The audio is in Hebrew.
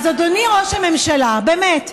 אז, אדוני ראש הממשלה, באמת,